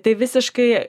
tai visiškai